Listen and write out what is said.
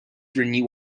renew